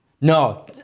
No